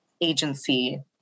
agency